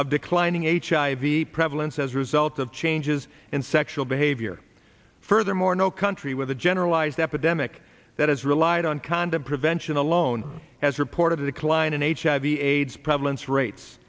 of declining h i v prevalence as a result of changes in sexual behavior furthermore no country with a generalized epidemic that has relied on condom prevention alone has reported the decline in a chevy aids prevalence rates